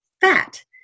fat